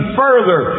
further